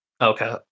okay